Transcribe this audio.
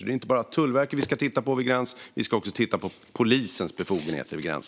Det är inte bara Tullverket vi ska titta på vid gräns, utan vi ska också titta på polisens befogenheter vid gräns.